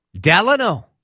Delano